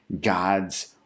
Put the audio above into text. God's